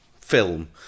film